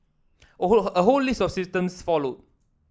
a whole a whole list of symptoms followed